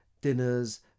Dinners